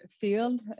field